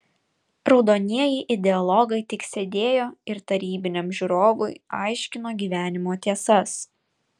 raudonieji ideologai tik sėdėjo ir tarybiniam žiūrovui aiškino gyvenimo tiesas